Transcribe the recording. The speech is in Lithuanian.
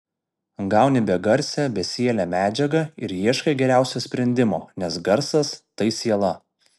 gauni begarsę besielę medžiagą ir ieškai geriausio sprendimo nes garsas tai siela